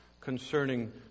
concerning